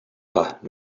pas